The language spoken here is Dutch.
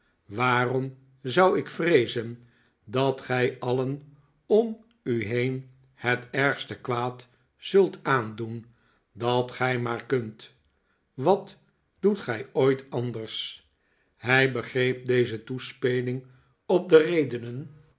waarom zou ik vreezen dat gij alien om u heen het ergste kwaad zult aandoen dat gij maar kunt wat doet gij ooit anders hij begreep deze toespeling op de redenen